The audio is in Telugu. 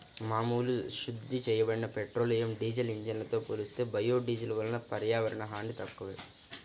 మామూలు శుద్ధి చేయబడిన పెట్రోలియం, డీజిల్ ఇంధనంతో పోలిస్తే బయోడీజిల్ వలన పర్యావరణ హాని తక్కువే